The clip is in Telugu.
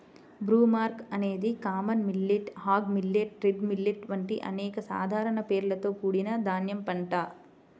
బ్రూమ్కార్న్ అనేది common millet, hog millet, red millet వంటి అనేక సాధారణ పేర్లతో కూడిన ధాన్యం పంట